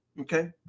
Okay